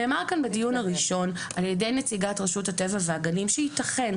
נאמר כאן בדיון הראשון על ידי נציגת רשות הטבע והגנים שייתכן,